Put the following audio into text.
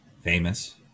famous